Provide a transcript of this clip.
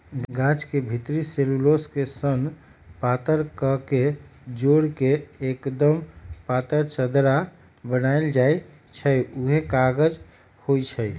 गाछ के भितरी सेल्यूलोस के सन पातर कके जोर के एक्दम पातर चदरा बनाएल जाइ छइ उहे कागज होइ छइ